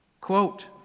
Quote